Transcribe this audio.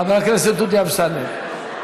חבר הכנסת דודי אמסלם,